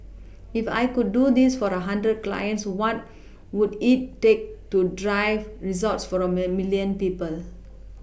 if I could do this for a hundred clients what would it take to drive results for a milLion people